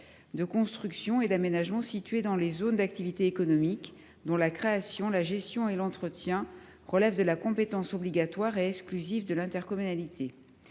de construction et d’aménagement situées dans les zones d’activité économique (ZAE), dont la création, la gestion et l’entretien relèvent de la compétence obligatoire et exclusive de l’intercommunalité.